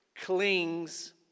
clings